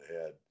ahead